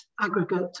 aggregate